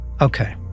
Okay